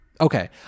Okay